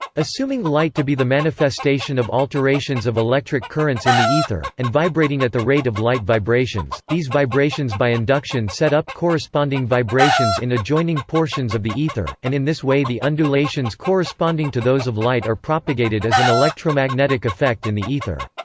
assuming light to be the manifestation of alterations of electric currents in the ether, and vibrating at the rate of light vibrations, these vibrations by induction set up corresponding vibrations in adjoining portions of the ether, and in this way the undulations corresponding to those of light are propagated as an electromagnetic effect in the ether.